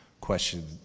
question